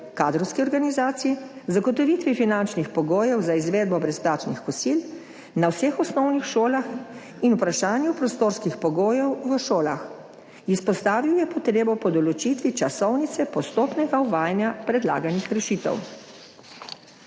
kadrovski organizaciji, zagotovitvi finančnih pogojev za izvedbo brezplačnih kosil na vseh osnovnih šolah in o vprašanju prostorskih pogojev v šolah. Izpostavil je potrebo po določitvi časovnice postopnega uvajanja predlaganih rešitev.